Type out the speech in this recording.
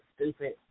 stupid